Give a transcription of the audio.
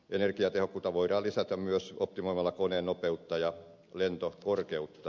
energiatehokkuutta voidaan lisätä myös optimoimalla koneen nopeutta ja lentokorkeutta